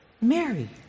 Mary